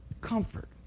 Comfort